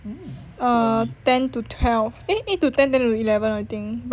err ten to twelve eh eight to ten ten to eleven I think